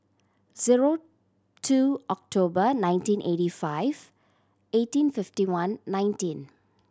zero two October nineteen eighty five eighteen fifty one nineteen